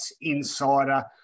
Insider